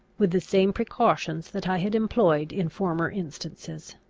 with the same precautions that i had employed in former instances.